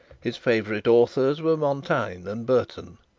his favourite authors were montaigne and burton,